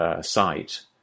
site